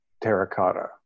terracotta